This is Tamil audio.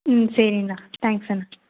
ம் சரிண்ணா தேங்க்ஸ் அண்ணா